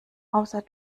außer